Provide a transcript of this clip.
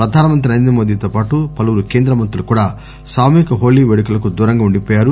ప్రధాన మంత్రి నరేంద్ర మోదీ తో పాటు పలువురు కేంద్ర మంత్రులు కూడా సమూహిక హోలీ పేడుకలకు దూరంగా ఉండిపోయారు